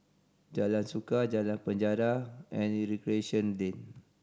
Jalan Suka Jalan Penjara and Recreation Lane